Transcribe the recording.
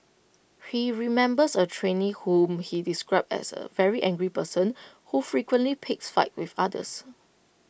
he remembers A trainee whom he described as A very angry person who frequently picked fights with others